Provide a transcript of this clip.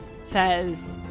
says